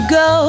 go